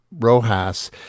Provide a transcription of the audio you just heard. Rojas